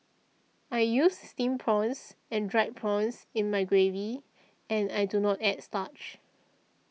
I use Steamed Prawns and Dried Prawns in my gravy and I do not add starch